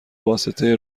واسطه